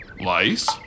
Lice